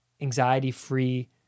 anxiety-free